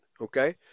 okay